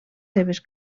seves